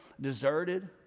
deserted